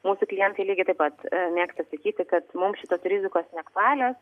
mūsų klientai lygiai taip pat mėgsta sakyti kad mums šitos rizikos neaktualios